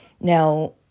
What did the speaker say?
Now